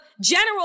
general